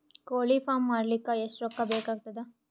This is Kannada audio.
ಕೋಳಿ ಫಾರ್ಮ್ ಮಾಡಲಿಕ್ಕ ಎಷ್ಟು ರೊಕ್ಕಾ ಬೇಕಾಗತದ?